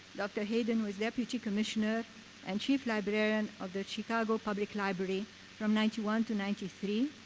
dr. hayden was deputy commissioner and chief librarian of the chicago public library from ninety one to ninety three,